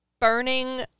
burning